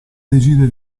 decide